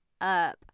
up